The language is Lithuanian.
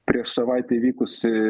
prieš savaitę įvykusį